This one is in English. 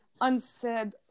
unsaid